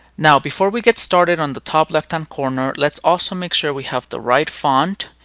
now before we get started, on the top left-hand corner let's also make sure we have the right font,